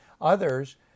Others